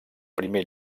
primer